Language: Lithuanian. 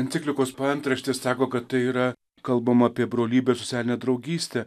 enciklikos paantraštė sako kad tai yra kalbama apie brolybę socialinę draugystę